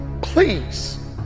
please